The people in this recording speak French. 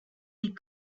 des